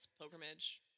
Pilgrimage*